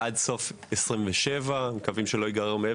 צפוי לקום עד סוף 2027. אנחנו מקווים שלא